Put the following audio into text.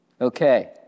Okay